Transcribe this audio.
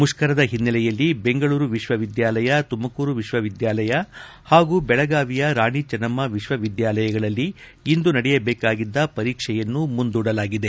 ಮುಪ್ತರದ ಹಿನ್ನೆಲೆಯಲ್ಲಿ ಬೆಂಗಳೂರು ವಿಶ್ವವಿದ್ಯಾಲಯ ತುಮಕೂರು ವಿಶ್ವವಿದ್ಯಾನಿಲಯ ಹಾಗೂ ಬೆಳಗಾವಿಯ ರಾಣಿ ಚೆನ್ನಮ್ನ ವಿಶ್ವವಿದ್ಯಾನಿಲಯಗಳಲ್ಲಿ ಇಂದು ನಡೆಯಬೇಕಾಗಿದ್ದ ಪರೀಕ್ಷೆಯನ್ನು ಮುಂದೂಡಲಾಗಿದೆ